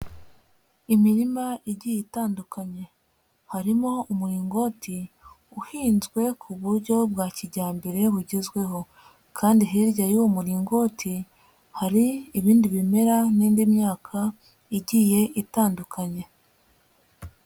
Imirima igiye itandukanye, harimo umuringoti uhinzwe ku buryo bwa kijyambere bugezweho kandi hirya y'uwo muringoti, hari ibindi bimera n'indi myaka igiye itandukanye.